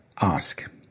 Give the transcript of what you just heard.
ask